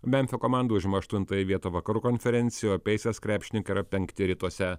memfio komanda užima aštuntąją vietą vakarų konferencijoj o pacers krepšininkai yra penkti rytuose